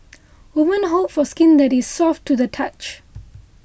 women hope for skin that is soft to the touch